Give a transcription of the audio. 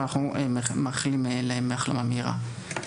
ואנחנו מאחלים להם החלמה מהירה.